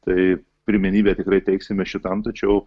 tai pirmenybę tikrai teiksime šitam tačiau